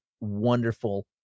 wonderful